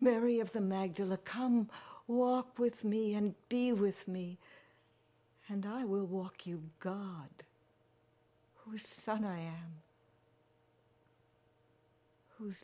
mary of the magdalen come walk with me and be with me and i will walk you god whose son i am whose